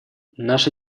наша